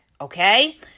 Okay